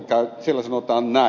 sivulla sanotaan näin